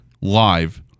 live